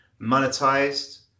monetized